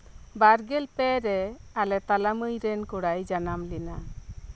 ᱵᱟᱨ ᱜᱮᱞ ᱯᱮ ᱨᱮ ᱟᱞᱮ ᱛᱟᱞᱟ ᱢᱟᱹᱭ ᱨᱮᱱ ᱠᱚᱲᱟᱭ ᱡᱟᱱᱟᱢ ᱞᱮᱱᱟ